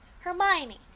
Hermione